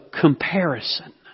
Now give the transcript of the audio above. comparison